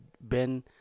Ben